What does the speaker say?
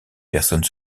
personnes